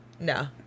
No